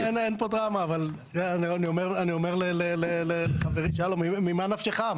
אין פה דרמה, אבל אני אומר לחברי, שלום, ממה נפשך?